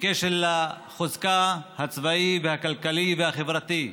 בקשר לחוזקה הצבאי, הכלכלי והחברתי.